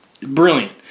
brilliant